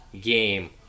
game